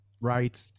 right